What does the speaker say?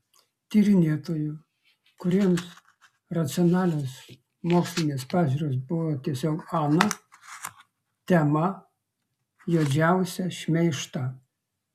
tyrinėtojų kuriems racionalios mokslinės pažiūros buvo tiesiog ana tema juodžiausią šmeižtą